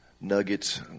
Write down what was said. nuggets